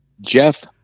Jeff